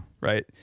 Right